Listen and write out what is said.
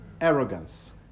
arrogance